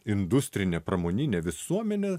industrinė pramoninė visuomenė